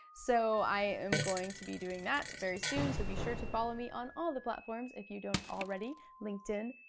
so i am going to be doing that very soon so be sure to follow me on all the platforms if you don't already, linkedin,